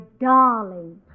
darling